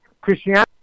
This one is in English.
Christianity